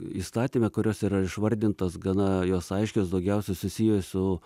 įstatyme kurios yra išvardintos gana jos aiškios daugiausia susiję su